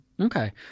Okay